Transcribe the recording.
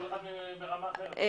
כל אחד ברמה אחרת.